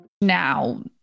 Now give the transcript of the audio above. Now